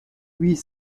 huit